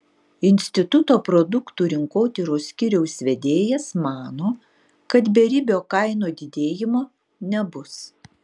instituto produktų rinkotyros skyriaus vedėjas mano kad beribio kainų didėjimo nebus